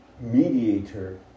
mediator